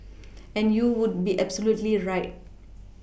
and you would be absolutely right